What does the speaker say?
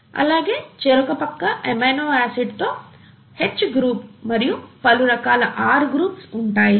అలాగే చెరొక పక్క ఎమినో ఆసిడ్ తో H గ్రూప్ మరియు పలు రకాల R గ్రూప్స్ ఉంటాయి